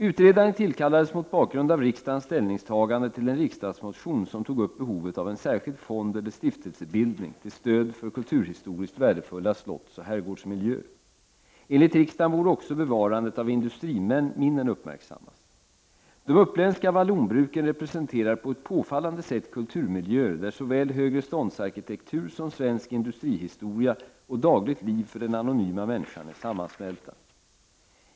Utredaren tillkallades mot bakgrund av riksdagens ställningstagande till en riksdagsmotion som tog upp behovet av en särskild fondeller stiftelsebildning till stöd för kulturhistoriskt värdefulla slottsoch herrgårdsmiljöer. Enligt riksdagen borde också bevarandet av industriminnen uppmärksammas. De uppländska vallonbruken representerar på ett påfallande sätt kulturmiljöer där såväl högreståndsarkitektur som svensk industrihistoria och dagligt liv för den anonyma människan är sammansmälta.